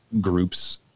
groups